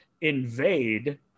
invade